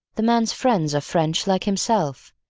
the man's friends are french like himself,